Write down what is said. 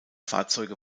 fahrzeuge